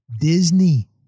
Disney